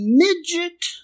midget